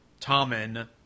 Tommen